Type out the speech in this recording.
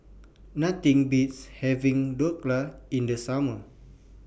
Nothing Beats having Dhokla in The Summer